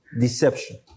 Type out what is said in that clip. deception